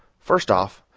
first off,